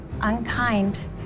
unkind